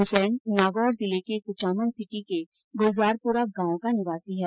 हसैन नागौर जिले के क्चामन सिटी के गुलजारपुरा गांव का निवासी है